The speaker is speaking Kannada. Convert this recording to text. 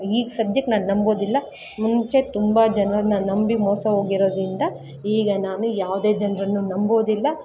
ಈಗ ಸದ್ಯಕ್ಕೆ ನಾನು ನಂಬೋದಿಲ್ಲ ಮುಂಚೆ ತುಂಬ ಜನರನ್ನ ನಂಬಿ ಮೋಸ ಹೋಗಿರೋದ್ರಿಂದ ಈಗ ನಾನು ಯಾವುದೇ ಜನರನ್ನು ನಂಬೋದಿಲ್ಲ